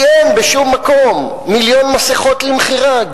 כי אין בשום מקום מיליון מסכות למכירה,